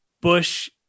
Bush